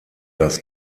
dass